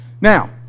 now